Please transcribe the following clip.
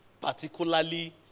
particularly